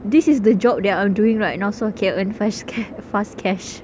this is the job that I'm doing right now so can earn fres~ cas~ fast cash